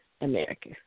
America